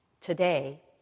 today